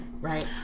right